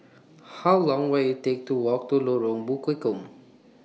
How Long Will IT Take to Walk to Lorong Bekukong